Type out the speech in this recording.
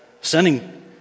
sending